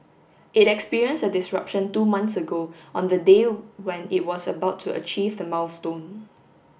it experienced a disruption two months ago on the day when it was about to achieve the milestone